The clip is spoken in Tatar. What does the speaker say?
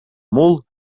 мул